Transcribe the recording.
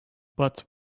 but